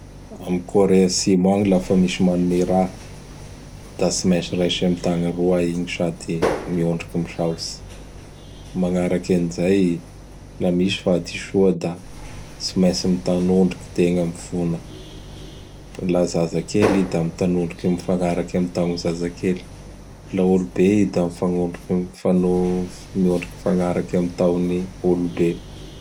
Am Kore Atsimo agny lafa misy manome raha; da tsy maintsy raisy am tagna roa igny sady miondriky misaotsy. Magnaraky an zay, la misy gny hadisoa da tsy maintsy mitanondriky tegna mifona. La zazakely i da mitanondriky mifanaraky am taon'ny zazakely; Laha olo be i da mifagnondro- -mifanp -ndroky mifanaraky am taon'ny olo be.